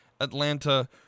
Atlanta